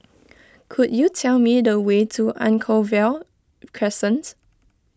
could you tell me the way to Anchorvale Crescent